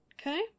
okay